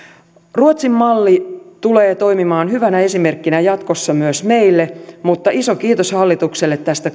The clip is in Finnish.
ruotsin malli tulee toimimaan hyvänä esimerkkinä jatkossa myös meille mutta iso kiitos hallitukselle tästä